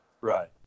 Right